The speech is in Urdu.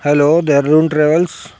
hello Dehradun travels